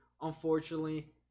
Unfortunately